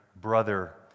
brother